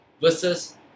versus